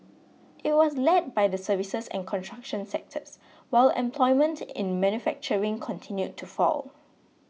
it was led by the services and construction sectors while employment in manufacturing continued to fall